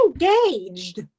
engaged